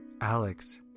Alex